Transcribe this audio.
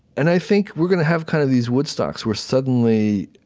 and i think we're gonna have kind of these woodstocks, where suddenly,